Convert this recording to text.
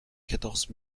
quatorze